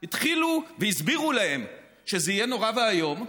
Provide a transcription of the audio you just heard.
התחילו, והסבירו להם שזה יהיה נורא ואיום,